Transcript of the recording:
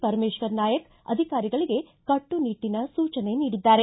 ಪರಮೇಶ್ವರ್ ನಾಯಕ್ ಅಧಿಕಾರಿಗಳಿಗೆ ಕಟ್ಟುನಿಟ್ಟನ ಸೂಚನೆ ನೀಡಿದ್ದಾರೆ